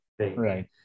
Right